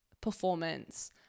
performance